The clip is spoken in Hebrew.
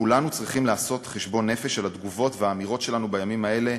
כולנו צריכים לעשות חשבון נפש על התגובות והאמירות שלנו בימים האלה,